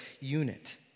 unit